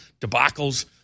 debacles